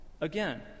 Again